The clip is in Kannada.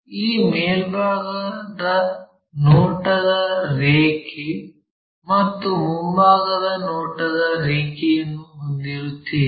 ಈ ಮೇಲ್ಭಾಗದ ನೋಟದ ರೇಖೆ ಮತ್ತು ಮುಂಭಾಗದ ನೋಟದ ರೇಖೆಯನ್ನು ಹೊಂದಿರುತ್ತೇವೆ